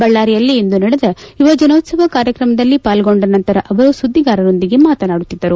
ಬಳ್ಳಾರಿಯಲ್ಲಿಂದು ನಡೆದ ಯುವಜನೋತ್ಲವ ಕಾರ್ಯಕ್ರಮದಲ್ಲಿ ಪಾಲ್ಗೊಂಡ ನಂತರ ಅವರು ಸುದ್ದಿಗಾರರೊಂದಿಗೆ ಮಾತನಾಡುತ್ತಿದ್ದರು